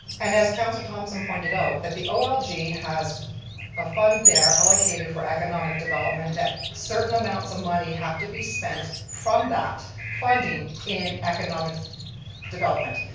and as councillor thomsen pointed out, that the olg has a fund there allocated for economic development that certain amounts of money have to be spent from that funding in economic development,